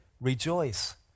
Rejoice